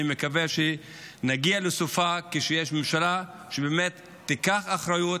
אני מקווה שנגיע לסופו כשיש ממשלה שבאמת תיקח אחריות